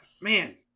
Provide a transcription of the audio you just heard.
Man